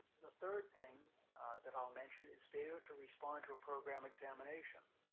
the third thing that um ill mention is failure to respond to a program examination,